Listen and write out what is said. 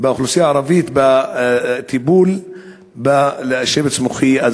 לאוכלוסייה הערבית בטיפול בשבץ המוחי,